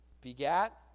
begat